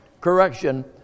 correction